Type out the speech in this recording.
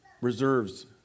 Reserves